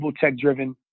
tech-driven